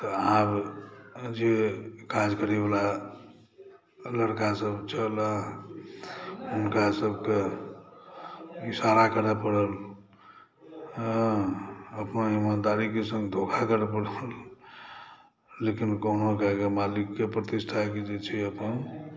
तऽ आब जे काज करैवला लड़कासभ छलै हुनकासभके इशारा करए पड़ल अपन ईमानदारीके सङ्ग धोखा करए पड़ल लेकिन कहुना कऽ कऽ मालिकके प्रतिष्ठाके जे छै अपन